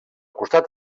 costat